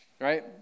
right